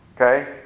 Okay